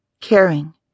caring